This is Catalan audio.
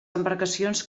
embarcacions